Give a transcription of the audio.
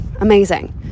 amazing